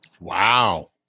Wow